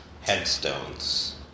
Headstones